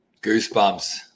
Goosebumps